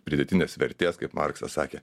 pridėtinės vertės kaip marksas sakė